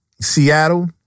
Seattle